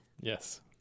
Yes